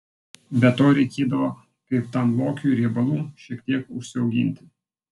be to reikėdavo kaip tam lokiui riebalų šiek tiek užsiauginti